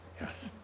Yes